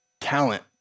talent